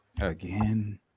again